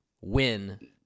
win